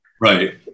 Right